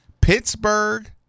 Pittsburgh